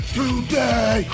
today